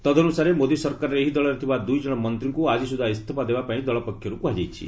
ତଦନୁସାରେ ମୋଦି ସରକାରରେ ଏହି ଦଳର ଥିବା ଦୁଇଜଣ ମନ୍ତ୍ରୀଙ୍କୁ ଆଜି ସୁଦ୍ଧା ଇସ୍ତଫା ଦେବା ପାଇଁ ଦଳ ପକ୍ଷରୁ କୁହାଯାଇଛି